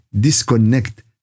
disconnect